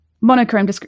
monochrome